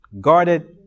guarded